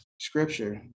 scripture